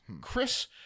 Chris